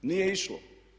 Nije išlo.